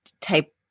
type